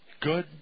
good